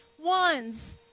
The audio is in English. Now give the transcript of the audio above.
ones